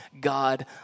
God